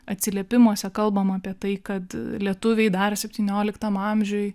atsiliepimuose kalbama apie tai kad lietuviai dar septynioliktam amžiuj